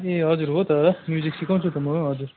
ए हजुर हो त म्युजिक सिकाउँछु त म हजुर